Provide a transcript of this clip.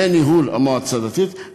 לניהול המועצה הדתית,